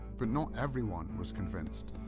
but not everyone was convinced.